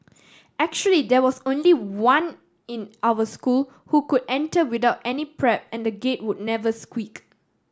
actually there was only one in our school who could enter without any prep and the Gate would never squeak